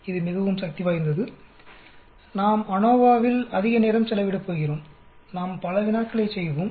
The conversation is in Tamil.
இது மிகவும் சக்தி வாய்ந்தது நாம் அநோவாவில் அதிக நேரம் செலவிடப்போகிறோம் நாம் பல வினாக்களைச் செய்வோம்